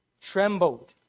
trembled